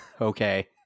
Okay